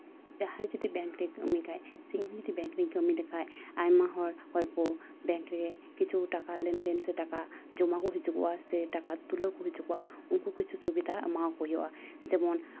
ᱡᱟᱦᱟᱸᱭ ᱡᱩᱫᱤ ᱵᱮᱝᱠ ᱨᱮᱭ ᱠᱟᱹᱢᱤ ᱠᱷᱟᱱ ᱥᱮ ᱤᱧᱦᱚᱸ ᱡᱩᱫᱤ ᱵᱮᱝᱠ ᱨᱮᱧ ᱠᱟᱹᱢᱤ ᱞᱮᱠᱷᱟᱱ ᱟᱭᱢᱟ ᱦᱚᱲ ᱚᱠᱚᱭ ᱠᱚ ᱵᱮᱝᱠ ᱨᱮ ᱠᱤᱪᱷᱩ ᱴᱟᱠᱟ ᱞᱮᱱᱫᱮᱱ ᱥᱮ ᱴᱟᱠᱟ ᱡᱚᱢᱟ ᱠᱚ ᱦᱤᱡᱩᱜᱚᱜᱼᱟ ᱥᱮ ᱴᱟᱠᱟ ᱛᱩᱞᱟᱹᱣ ᱠᱚ ᱦᱤᱡᱩᱜᱼᱟ ᱩᱱᱠᱩ ᱠᱤᱪᱷᱩ ᱥᱩᱵᱤᱫᱷᱟ ᱮᱢᱟᱣᱟᱠᱚ ᱦᱩᱭᱩᱜᱼᱟ ᱡᱮᱢᱚᱱ